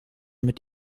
mit